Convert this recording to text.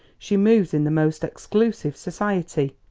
she moves in the most exclusive society.